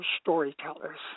storytellers